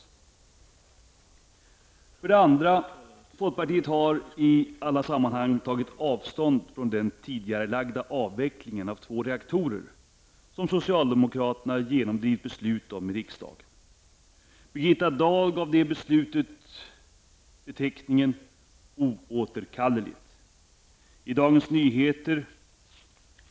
För det andra har folkpartiet i alla sammanhang tagit avstånd från den tidigarelagda avveckling av två reaktorer som socialdemokraterna genomdrivit beslut om i riksdagen. Birgitta Dahl gav det beslutet beteckningen ''oåterkalleligt''.